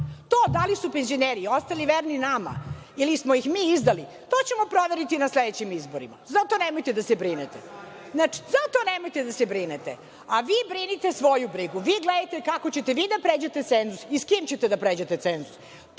To da li su penzioneri ostali verni nama ili smo ih mi izdali, to ćemo proveriti na sledećim izborima. Za to nemojte da se brinete. Vi brinite svoju brigu, vi gledajte kako ćete vi da pređete cenzus i s kim ćete da pređete cenzus.